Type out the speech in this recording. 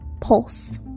pulse